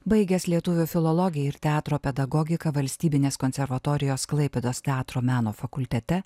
baigęs lietuvių filologiją ir teatro pedagogiką valstybinės konservatorijos klaipėdos teatro meno fakultete